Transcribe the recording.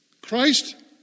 Christ